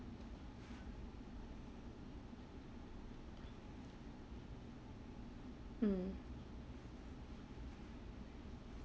mm